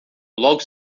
logo